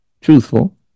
truthful